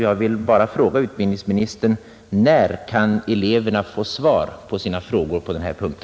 Jag vill bara fråga utbildningsministern: När kan eleverna få svar på sina frågor på denna punkt?